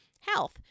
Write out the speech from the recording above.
health